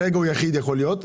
הוא יכול להיות יחיד,